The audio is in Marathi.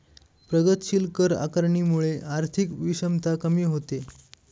प्रगतीशील कर आकारणीमुळे आर्थिक विषमता कमी होते